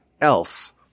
else